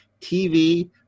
TV